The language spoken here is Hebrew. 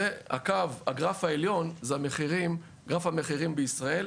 והגרף העליון זה גרף המחירים בישראל.